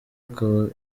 ukaba